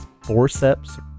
forceps